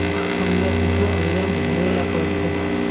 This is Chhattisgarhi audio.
हमला कुछु आवेदन भरेला पढ़थे?